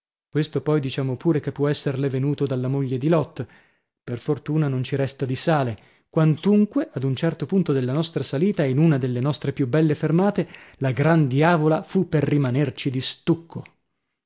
questo poi diciamo pure che può esserle venuto dalla moglie di lot per fortuna non ci resta di sale quantunque ad un certo punto della nostra salita e in una delle nostre più belle fermate la gran diavola fu per rimanermi di stucco